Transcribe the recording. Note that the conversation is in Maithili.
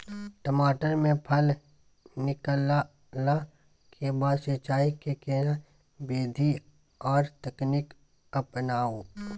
टमाटर में फल निकलला के बाद सिंचाई के केना विधी आर तकनीक अपनाऊ?